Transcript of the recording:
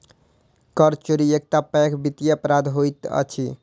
कर चोरी एकटा पैघ वित्तीय अपराध होइत अछि